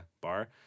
bar